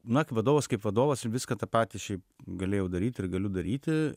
na kaip vadovas kaip vadovas viską tą patį šiaip galėjau daryti ir galiu daryti